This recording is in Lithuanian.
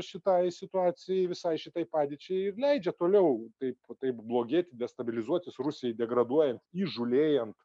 šitai situacijai visai šitai padėčiai ir leidžia toliau taip taip blogėti destabilizuotis rusijai degraduojant įžūlėjant